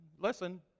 listen